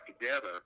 together